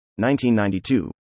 1992